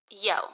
Yo